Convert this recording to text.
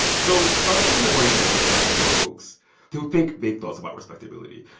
so i was picking the brains of a ah lot of smart folks who think big thoughts about respectability.